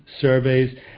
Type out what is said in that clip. surveys